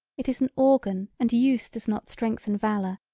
it is an organ and use does not strengthen valor,